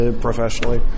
professionally